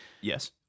Yes